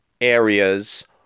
areas